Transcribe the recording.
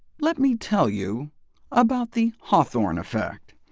let me tell you about the hawthorne effect.